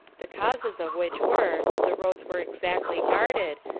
the causes of which were, that the roads were exactly guarded,